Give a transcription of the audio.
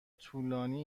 طولانی